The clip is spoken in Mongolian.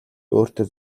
өөртөө